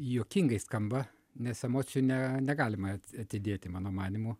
juokingai skamba nes emocijų ne negalima atidėti mano manymu